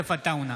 יוסף עטאונה,